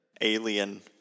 Alien